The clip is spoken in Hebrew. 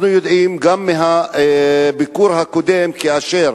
אנחנו יודעים גם מהביקור הקודם, כאשר